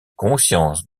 conscience